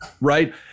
Right